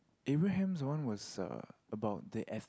Abraham's one was uh about the eth~